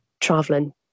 traveling